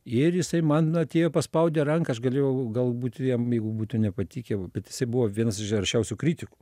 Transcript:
ir jisai man atėjo paspaudė ranką aš galėjau galbūt jam jeigu būtų nepatikę bet jisai buvo vienas iš aršiausių kritikų